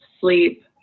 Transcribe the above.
sleep